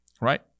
right